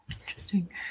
Interesting